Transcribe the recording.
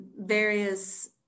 various